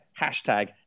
hashtag